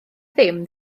ddim